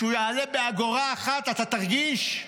הוא יעלה באגורה אחת, אתה תרגיש?